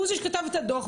הוא זה שכתב את הדו"ח,